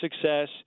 success